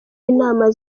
inama